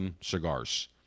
cigars